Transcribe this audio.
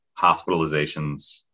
hospitalizations